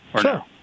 Sure